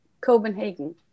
Copenhagen